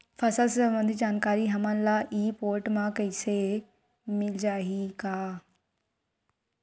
फसल ले सम्बंधित जानकारी हमन ल ई पोर्टल म मिल जाही का?